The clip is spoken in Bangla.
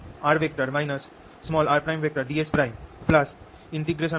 dV Kr